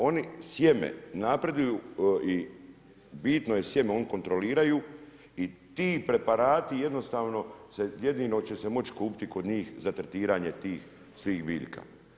Oni sjeme napreduju i bitno je sjeme oni kontroliraju i ti preprati jednostavno će se jedino moći kupiti kod njih za tretiranje tih svih biljka.